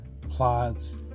plots